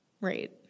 Right